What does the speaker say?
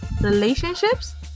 relationships